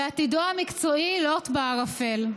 ועתידו המקצועי לוט בערפל.